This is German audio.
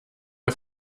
der